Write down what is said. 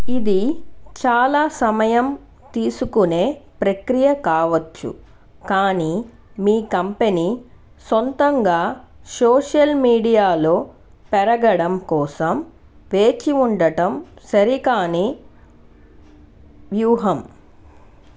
ఇది చాలా సమయం తీసుకునే ప్రక్రియ కావచ్చు కానీ మీ కంపెనీ సొంతంగా సోషల్ మీడియాలో పెరగడం కోసం వేచి ఉండటం సరికాని వ్యూహం